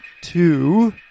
two